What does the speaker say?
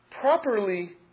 properly